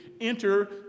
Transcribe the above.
enter